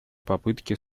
попытки